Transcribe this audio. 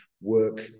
work